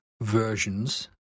versions